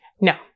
No